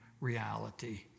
reality